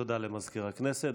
תודה למזכיר הכנסת.